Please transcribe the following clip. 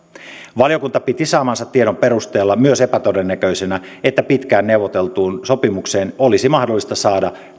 valiokunta piti saamansa tiedon perusteella myös epätodennäköisenä että pitkään neuvoteltuun sopimukseen olisi mahdollista saada